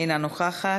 אינה נוכחת.